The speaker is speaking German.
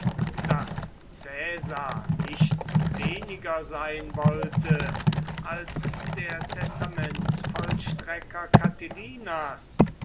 daß caesar nichts weniger sein wollte als der testamentsvollstrecker